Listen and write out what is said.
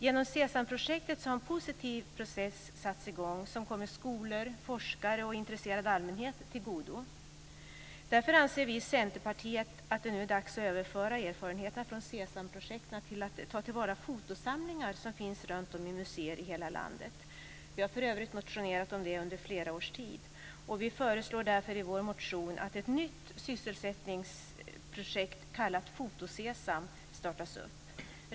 Genom SESAM-projektet har en positiv process satts i gång som kommer skolor, forskare och intresserad allmänhet till godo. Därför anser vi i Centerpartiet att det nu är dags att överföra erfarenheterna från SESAM-projektet för att ta till vara fotosamlingar som finns i museer runtom i hela landet. Vi har för övrigt motionerat om det under flera års tid. Vi föreslår därför i vår motion nu att ett nytt sysselsättningsprojekt kallat Foto-SESAM startas.